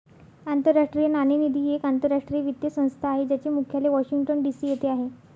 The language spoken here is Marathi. आंतरराष्ट्रीय नाणेनिधी ही एक आंतरराष्ट्रीय वित्तीय संस्था आहे ज्याचे मुख्यालय वॉशिंग्टन डी.सी येथे आहे